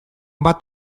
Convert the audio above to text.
bat